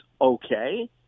okay